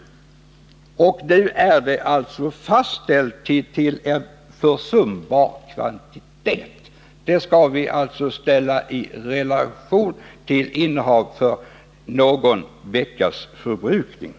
Den tillåtna mängden har nu fastställts till en ”försumbar kvantitet”, vilket vi skall ställa i relation till det tidigare tillåtna innehavet, motsvarande någon veckas förbrukning.